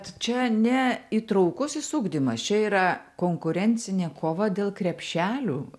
čia ne įtraukusis ugdymas čia yra konkurencinė kova dėl krepšelių